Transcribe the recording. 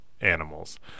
animals